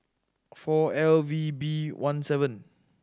four L V B one seven